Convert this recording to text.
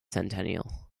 centennial